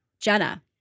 Jenna